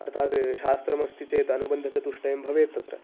अर्थाद् शास्त्रमस्ति चेत् अनुबन्धचतुष्टयं भवेत् तत्र